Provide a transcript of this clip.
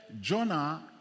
Jonah